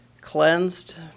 cleansed